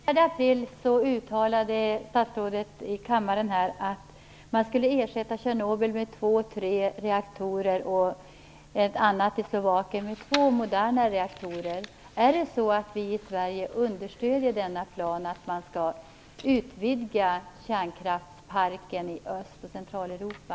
Fru talman! Jag riktar mig till statsrådet Pierre Schori. Den 4 april uttalade statsrådet här i kammaren att man skulle ersätta Tjernobyl med två eller tre reaktorer och ett annat kraftverk i Slovakien med två moderna reaktorer. Understödjer vi i Sverige denna plan att utvidga kärnkraftsparken i Öst och Centraleuropa?